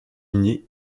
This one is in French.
unis